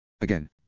Again